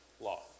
law